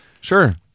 sure